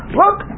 look